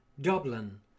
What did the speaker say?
Dublin